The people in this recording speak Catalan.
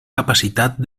capacitat